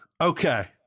Okay